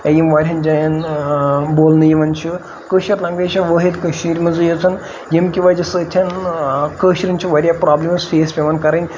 یا یِم واریَہَن جایَن بولنہٕ یِوان چھُ کٲشُر لنٛگویج چھےٚ وٲحِد کٔشیٖرِ منٛزٕے یٲژَن ییٚمکہِ وجہہ سۭتۍ کٲشرٮ۪ن چھِ واریاہ پرٛابلِمٕز فیس پیٚوان کَرٕنۍ